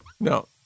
No